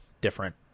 different